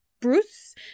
Bruce